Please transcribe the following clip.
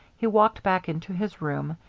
he walked back into his room,